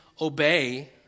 obey